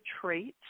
traits